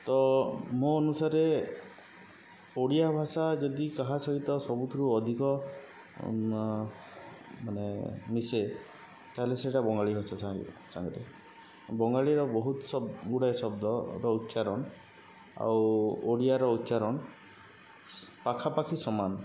ତ ମୋ ଅନୁସାରେ ଓଡ଼ିଆ ଭାଷା ଯଦି କାହା ସହିତ ସବୁଥିରୁ ଅଧିକ ମାନେ ମିଶେ ତାହେଲେ ସେଇଟା ବଙ୍ଗାଳୀ ଭାଷା ସାଙ୍ଗରେ ବଙ୍ଗାଳୀର ବହୁତ ଶବ୍ ଗୁଡ଼ାଏ ଶବ୍ଦର ଉଚ୍ଚାରଣ ଆଉ ଓଡ଼ିଆର ଉଚ୍ଚାରଣ ପାଖାପାଖି ସମାନ